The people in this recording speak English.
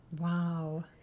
Wow